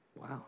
Wow